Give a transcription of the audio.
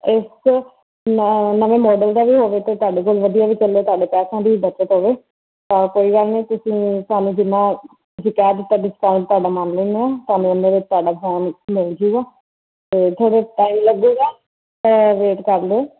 ਇਸ ਨ ਨਵੇਂ ਮੋਡਲ ਦਾ ਵੀ ਹੋਵੇ ਅਤੇ ਤੁਹਾਡੇ ਕੋਲ ਵਧੀਆ ਵੀ ਚੱਲੇ ਤੁਹਾਡੇ ਪੈਸਿਆਂ ਦੀ ਵੀ ਬਚਤ ਹੋਵੇ ਤਾਂ ਕੋਈ ਗੱਲ ਨਹੀਂ ਤੁਸੀਂ ਸਾਨੂੰ ਜਿੰਨਾ ਤੁਸੀਂ ਕਹਿ ਦਿੱਤਾ ਡਿਸਕਾਊਂਟ ਤੁਹਾਡਾ ਮੰਨ ਲੈਂਦੇ ਹਾਂ ਤੁਹਾਨੂੰ ਓਨੇ ਦੇ ਹਿਸਾਬ ਨਾਲ ਫੋਨ ਮਿਲ ਜਾਊਗਾ ਅਤੇ ਥੋੜ੍ਹੇ ਟਾਈਮ ਲੱਗੇਗਾ ਵੇਟ ਕਰ ਲਓ